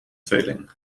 tweeling